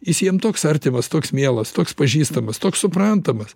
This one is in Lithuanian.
jis jiem toks artimas toks mielas toks pažįstamas toks suprantamas